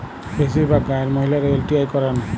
বেশিরভাগ গাঁয়ের মহিলারা এল.টি.আই করেন